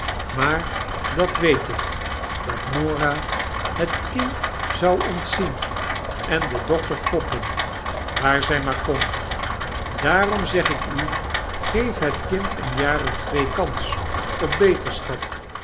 maar dat weet ik dat norah het kind zou ontzien en den dokter foppen waar zij maar kon daarom zeg ik u geef het kind een jaar of twee kans op beterschap